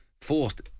forced